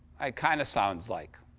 it kind of sounds like.